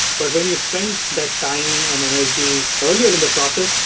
but when you spend that time and energy earlier in the process,